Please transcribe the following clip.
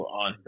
on